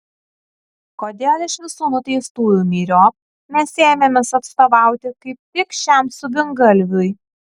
kodėl iš visų nuteistųjų myriop mes ėmėmės atstovauti kaip tik šiam subingalviui